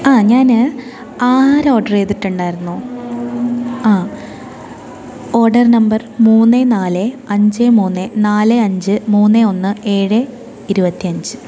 ആ ഞാൻ ആഹാരം ഓർഡർ ചെയ്തിട്ടുണ്ടായിരുന്നു ആ ഓർഡർ നമ്പർ മൂന്ന് നാല് അഞ്ച് മൂന്ന് നാല് അഞ്ച് മൂന്ന് ഒന്ന് ഏഴ് ഇരുപത്തിയഞ്ച്